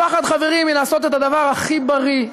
הפחד, חברים, מלעשות את הדבר הכי בריא,